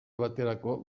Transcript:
baterako